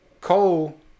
Cole